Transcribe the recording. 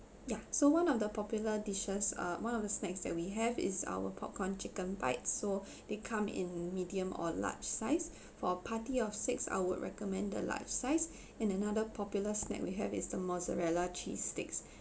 ya so one of the popular dishes uh one of the snacks that we have is our popcorn chicken bites so they come in medium or large size for a party of six I would recommend the large size and another popular snack we have is the mozzarella cheese sticks